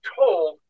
told